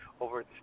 over